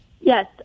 Yes